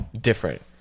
different